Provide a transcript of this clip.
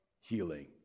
healing